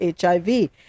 HIV